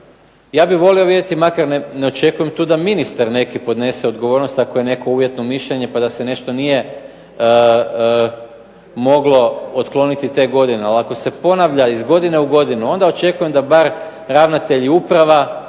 Ja bih volio vidjeti, makar ne očekujem to, da ministar neki podnese odgovornost ako je neko uvjetno mišljenje pa da se nešto nije moglo otkloniti te godine. Ali ako se ponavlja iz godine u godinu onda očekujem da bar ravnatelji uprava